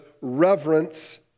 reverence